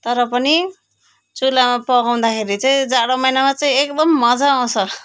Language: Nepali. तर पनि चुलामा पकाउँदाखेरि चाहिँ जाडो महिनामा चाहिँ एकदम मजा आउँछ